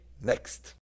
next